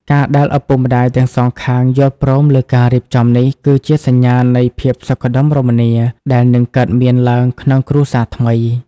ការដែលឪពុកម្ដាយទាំងសងខាងយល់ព្រមលើការរៀបចំនេះ គឺជាសញ្ញានៃ "ភាពសុខដុមរមនា" ដែលនឹងកើតមានឡើងក្នុងគ្រួសារថ្មី។